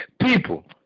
People